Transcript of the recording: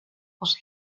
was